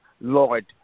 Lord